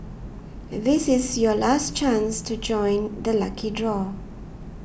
this is your last chance to join the lucky draw